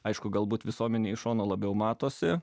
aišku galbūt visuomenei iš šono labiau matosi